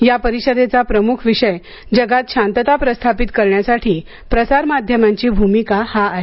या परिषदेचा प्रमुख विषय जगात शांतता प्रस्थापित करण्यासाठी प्रसार माध्यमांची भूमिका हा आहे